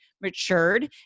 matured